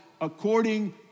according